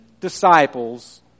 disciples